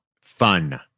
Fun